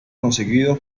conseguido